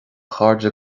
chairde